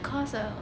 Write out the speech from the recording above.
ya